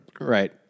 Right